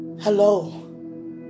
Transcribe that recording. hello